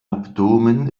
abdomen